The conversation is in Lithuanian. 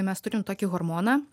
mes turim tokį hormoną